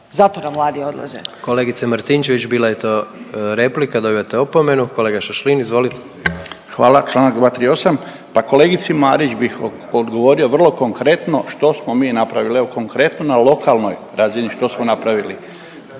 Zato nam mladi odlaze.